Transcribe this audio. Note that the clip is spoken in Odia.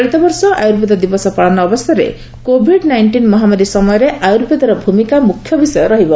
ଚଳିତ ବର୍ଷ ଆୟୁର୍ବେଦ ଦିବସ ପାଳନ ଅବସରରେ କୋଭିଡ୍ ନାଇଷ୍ଟିନ୍ ମହାମାରୀ ସମୟରେ ଆୟୁର୍ବେଦର ଭୂମିକା ମୁଖ୍ୟ ବିଷୟ ରହିବ